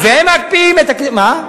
ומקפיאים את, מה?